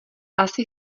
asi